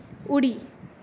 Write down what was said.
उडी